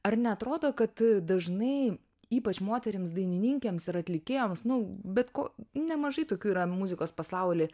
ar neatrodo kad dažnai ypač moterims dainininkėms ir atlikėjoms nu bet ko nemažai tokių yra muzikos pasauly